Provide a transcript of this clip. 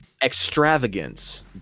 extravagance